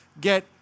get